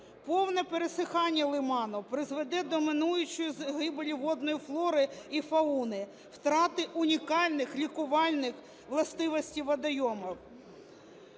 Повне пересихання лиману призведе до неминучої загибелі водної флори і фауни, втрати унікальних лікувальних властивостейводойм.